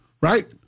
right